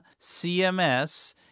CMS